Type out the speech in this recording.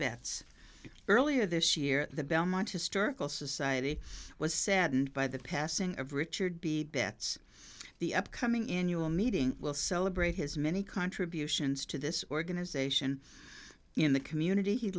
betts earlier this year the belmont historical society was saddened by the passing of richard b bets the upcoming innu a meeting will celebrate his many contributions to this organization in the community he